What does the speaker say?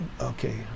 okay